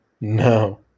No